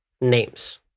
names